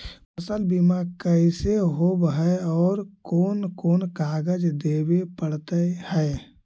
फसल बिमा कैसे होब है और कोन कोन कागज देबे पड़तै है?